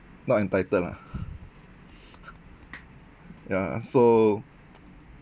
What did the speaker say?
not entitle lah ya so